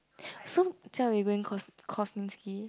so Jia-wei going Ko~ Kozminski